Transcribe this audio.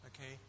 Okay